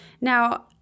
Now